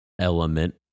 element